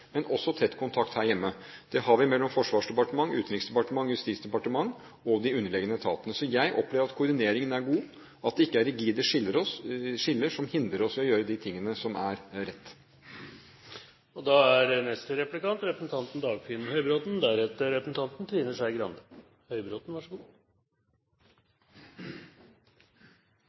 men også tett kontakt her hjemme. Det har vi mellom Forsvarsdepartementet, Utenriksdepartementet og Justisdepartementet og de underliggende etatene. Så jeg opplever at koordineringen er god, at det ikke er rigide skiller som hindrer oss i å gjøre de tingene som er riktige. Jeg har et spørsmål til utenriksministeren som er